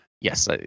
Yes